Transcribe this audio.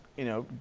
you know,